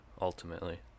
ultimately